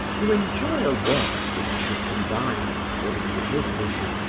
to enjoy a work which should combine, according to his wishes,